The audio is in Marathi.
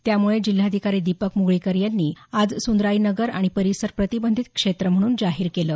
त्यामुळे जिल्हाधिकारी दिपक मुगळीकर यांनी आज सुंदराई नगर आणि परिसर प्रतिबंधित क्षेत्र म्हणून जाहीर केलं